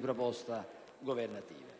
proposte governative.